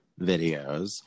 videos